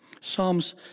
Psalms